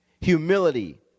humility